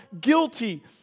guilty